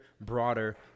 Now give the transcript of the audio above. broader